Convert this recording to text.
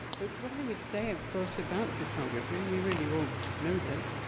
but what i would say, of course, about photography, and we really all know this,